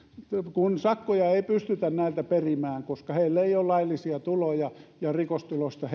kun sakkoja ei pystytä näiltä perimään koska heillä ei ole laillisia tuloja ja rikostulosta